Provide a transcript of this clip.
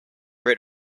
rid